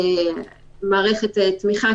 מערכת תמיכה,